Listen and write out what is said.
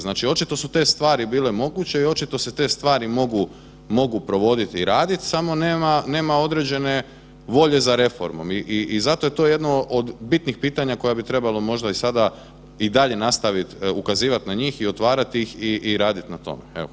Znači, očito su te stvari bile moguće i očito se te stvari mogu, mogu provodit i radi samo nema određene volje za reformom i zato je to jedno od bitnih pitanja koja bi trebalo možda i sada i dalje nastaviti ukazivati na njih i otvarati ih i raditi na tome.